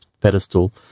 pedestal